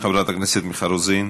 חברת הכנסת מיכל רוזין,